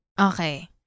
Okay